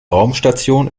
raumstation